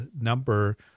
number